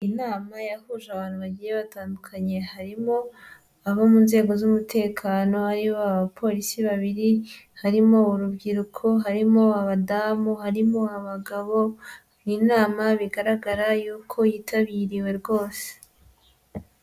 Inama yahuje abantu bagiye batandukanye, harimo abo mu nzego z'umutekano, harimo abapolisi babiri, harimo urubyiruko, harimo abadamu, harimo abagabo, ni inama bigaragara yuko yitabiriwe rwose.